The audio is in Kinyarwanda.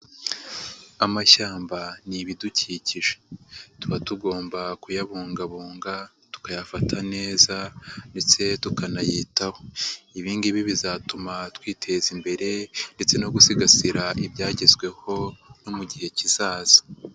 Amashyamba ni ibidukikije, tuba tugomba kuyabungabunga tukayafata neza ndetse tukanayitaho, ibi ngibi bizatuma twiteza imbere ndetse no gusigasira ibyagezweho no mu gihe kizaza.